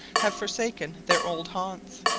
have forsaken their old haunts.